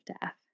death